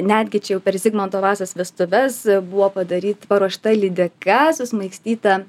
netgi čia jau per zigmanto vazos vestuves buvo padaryt paruošta lydeka susmaigstyta